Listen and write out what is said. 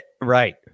right